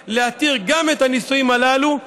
יהיה להתיר גם את הנישואים הללו,